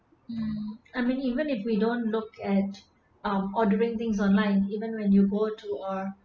um I mean even if we don't look at um ordering things online even when you go to or